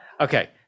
Okay